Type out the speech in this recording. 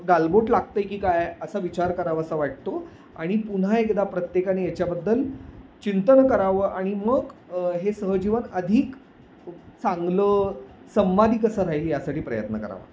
गालबोट लागत आहे की काय असा विचार करावासा वाटतो आणि पुन्हा एकदा प्रत्येकाने याच्याबद्दल चिंतन करावं आणि मग हे सहजीवन अधिक चांगलं संवादी कसं राहील यासाठी प्रयत्न करावा